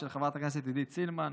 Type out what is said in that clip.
של חברת הכנסת עידית סילמן,